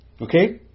Okay